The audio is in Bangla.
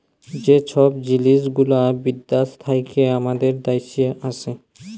যে ছব জিলিস গুলা বিদ্যাস থ্যাইকে আমাদের দ্যাশে আসে